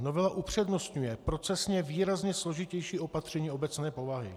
Novela upřednostňuje procesně výrazně složitější opatření obecné povahy.